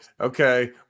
okay